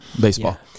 Baseball